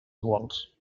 iguals